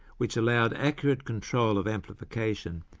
which allowed accurate control of amplification,